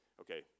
Okay